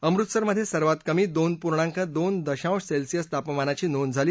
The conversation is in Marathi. अमृतसरमध्ये सर्वात कमी दोन पूर्णांक दोन दशांश सेल्सअस तापमानाची नोंद झाली